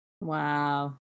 Wow